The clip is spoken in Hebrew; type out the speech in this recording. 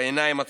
בעיניים עצומות.